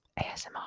ASMR